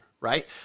right